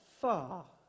far